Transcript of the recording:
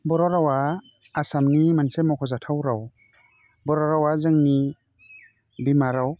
बर' रावा आसामानि मोनसे मखजाथाव राव बर' रावा जोंनि बिमा राव